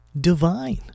divine